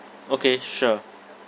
okay sure